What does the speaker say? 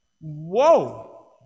Whoa